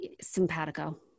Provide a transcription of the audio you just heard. simpatico